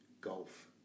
Golf